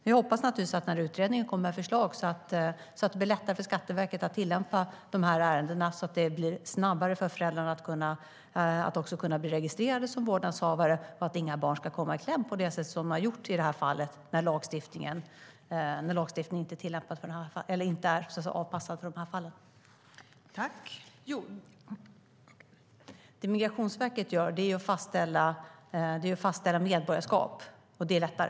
Jag hoppas naturligtvis att utredningen kommer med sådana förslag att det blir lättare för Skatteverket med tillämpningen i dessa ärenden, så att föräldrarna snabbare ska kunna bli registrerade som vårdnadshavare och att inga barn ska komma i kläm på det sätt som de har gjort i detta fall när lagstiftningen inte är avpassad till dessa fall. Det som Migrationsverket gör är att fastställa medborgarskap, och det är lättare.